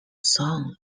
song